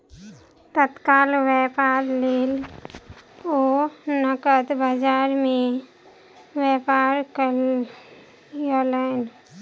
तत्काल व्यापारक लेल ओ नकद बजार में व्यापार कयलैन